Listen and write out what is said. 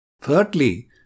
Thirdly